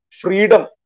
freedom